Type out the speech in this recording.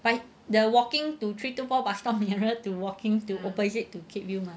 but the walking to three two four bus stop nearer to walking to opposite to keep you mah